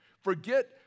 forget